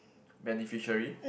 beneficiary